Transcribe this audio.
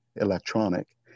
electronic